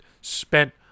spent